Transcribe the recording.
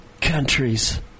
countries